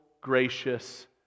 gracious